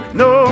no